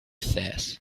says